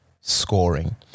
scoring